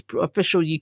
official